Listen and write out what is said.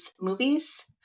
movies